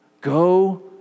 go